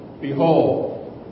Behold